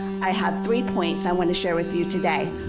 i have three points i want to share with you today.